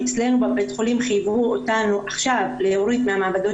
אצלנו בבית החולים חייבו אותנו עכשיו להוריד מהמעבדות